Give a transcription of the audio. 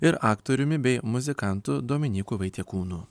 ir aktoriumi bei muzikantu dominyku vaitiekūnu